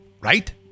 right